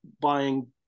buying